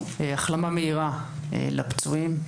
החלמה מהירה לפצועים.